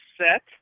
set